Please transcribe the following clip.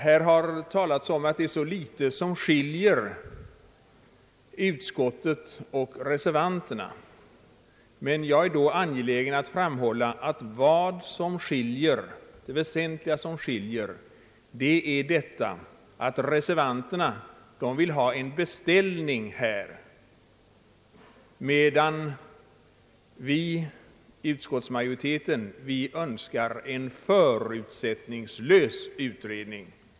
Här har talats om att det är så litet som skiljer utskottet och reservanterna. Jag är då angelägen att framhålla att reservanterna vill ha en beställning, medan utskottsmajoriteten avvaktar en förutsättningslös utredning.